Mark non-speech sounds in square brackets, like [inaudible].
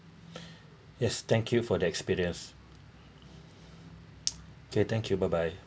[breath] yes thank you for the experience okay thank you bye bye